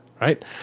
right